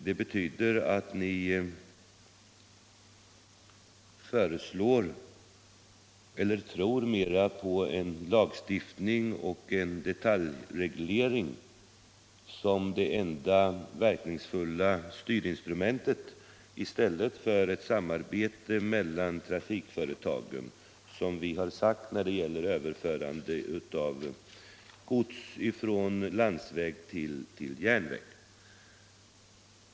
Det betyder att ni tror mera på en lagstiftning och en detaljreglering som det enda verkningsfulla styrinstrumentet än på ett samarbete mellan trafikföretagen, som vi har förordat när det gäller överförande av gods från landsväg till järnväg.